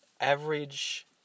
average